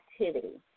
activity